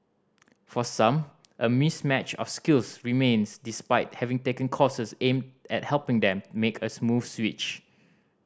for some a mismatch of skills remains despite having taken courses aimed at helping them make a smooth switch